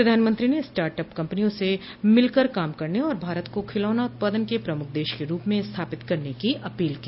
प्रधानमंत्री ने स्टार्टअप कंपनियों से मिलकर काम करने और भारत को खिलौना उत्पादन के प्रमुख देश के रूप में स्थापित करने की अपील की